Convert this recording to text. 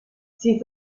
sie